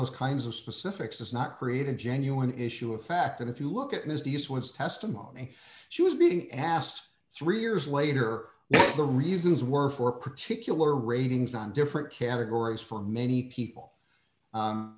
those kinds of specifics is not create a genuine issue of fact if you look at this these once testimony she was being asked three years later the reasons were for particular ratings on different categories for many people